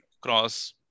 cross